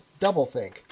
doublethink